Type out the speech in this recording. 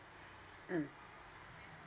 mm